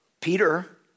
Peter